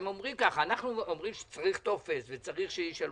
הם אומרים ככה אנחנו אומרים שצריך טופס וצריך שישלמו,